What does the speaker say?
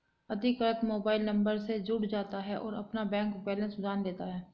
अधिकृत mobile number से जुड़ जाता है और अपना बैंक बेलेंस जान लेता है